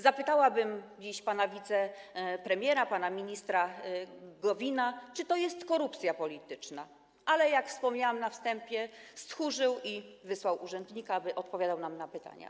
Zapytałabym dziś pana wicepremiera, pana ministra Gowina, czy to jest korupcja polityczna, ale - jak wspomniałam na wstępie - stchórzył i wysłał urzędnika, by odpowiadał nam na pytania.